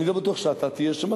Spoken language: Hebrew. אני לא בטוח שאתה תהיה שם,